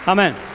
Amen